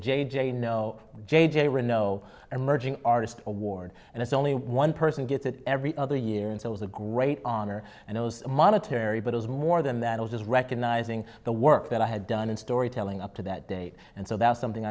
j j no j j renaud and merging artist award and it's only one person gets it every other year and it was a great honor and those monetary but it is more than that it was recognizing the work that i had done in storytelling up to that date and so that's something